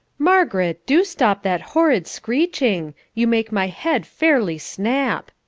margaret, do stop that horrid screeching! you make my head fairly snap.